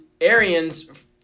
arians